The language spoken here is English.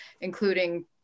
including